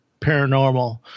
paranormal